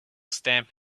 stamp